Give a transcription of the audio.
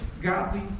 godly